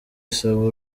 asaba